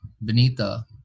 Benita